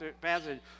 passage